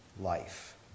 life